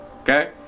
Okay